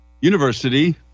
University